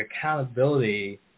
accountability